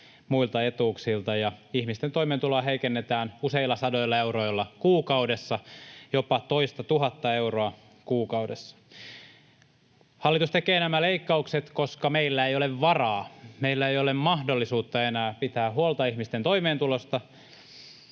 muilta etuuksilta ja ihmisten toimeentuloa heikennetään useilla sadoilla euroilla kuukaudessa, jopa toistatuhatta euroa kuukaudessa. Hallitus tekee nämä leikkaukset, koska meillä ei ole varaa, meillä ei ole mahdollisuutta enää pitää huolta ihmisten toimeentulosta.